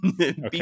okay